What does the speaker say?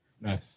Nice